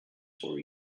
for